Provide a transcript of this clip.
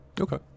Okay